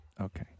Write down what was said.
Okay